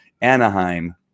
Anaheim